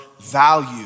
value